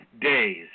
days